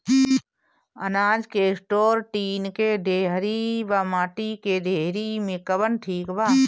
अनाज के store tin के डेहरी व माटी के डेहरी मे कवन ठीक बा?